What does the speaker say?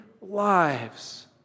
lives